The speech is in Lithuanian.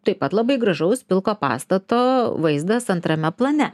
taip pat labai gražaus pilko pastato vaizdas antrame plane